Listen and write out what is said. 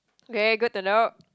okay good to know